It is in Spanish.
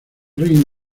reino